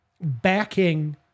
backing